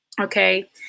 okay